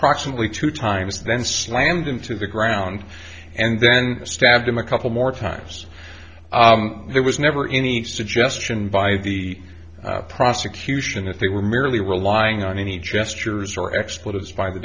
proximately two times then slammed into the ground and then stabbed him a couple more times there was never any suggestion by the prosecution that they were merely relying on any gestures or expletives by the